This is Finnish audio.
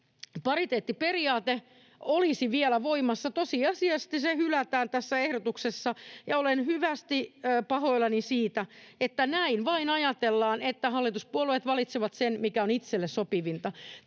pariteettiperiaate olisi vielä voimassa. Tosiasiallisesti se hylätään tässä ehdotuksessa, ja olen syvästi pahoillani siitä, että näin vain ajatellaan, että hallituspuolueet valitsevat sen, mikä on itselle sopivinta.